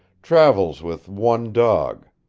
travels with one dog.